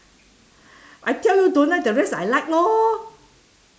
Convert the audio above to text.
I tell you don't like the rest I like lor